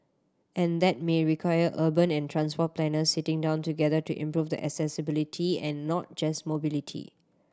and that may require urban and transport planners sitting down together to improve the accessibility and not just mobility